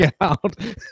out